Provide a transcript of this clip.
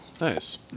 Nice